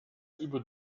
über